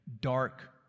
dark